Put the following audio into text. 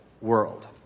world